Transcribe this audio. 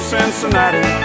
Cincinnati